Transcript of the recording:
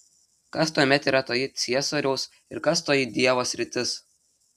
kas tuomet yra toji ciesoriaus ir kas toji dievo sritis